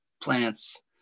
plants